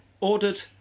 ordered